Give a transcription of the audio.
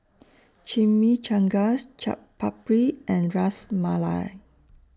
Chimichangas Chaat Papri and Ras Malai